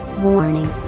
Warning